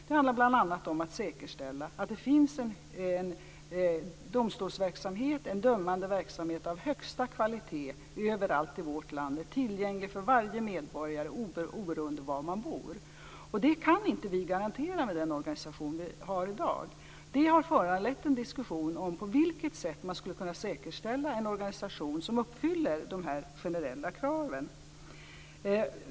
Det handlar bl.a. om att säkerställa att det finns en domstolsverksamhet, en dömande verksamhet av högsta kvalitet överallt i vårt land, tillgänglig för varje medborgare oberoende av var man bor. Det kan vi inte garantera med den organisation som vi har i dag. Det har föranlett en diskussion om på vilket sätt man skulle kunna säkerställa en organisation som uppfyller de generella kraven.